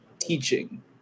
teaching